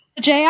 jr